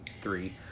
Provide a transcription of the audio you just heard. three